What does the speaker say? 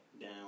down